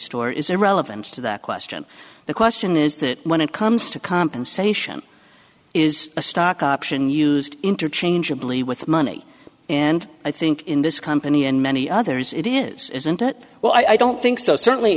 store is irrelevant to that question the question is that when it comes to compensation is a stock option used interchangeably with money and i think in this company and many others it is isn't it well i don't think so certainly